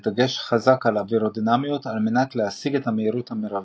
חזק על אווירודינמיות על מנת להשיג את המהירות המרבית.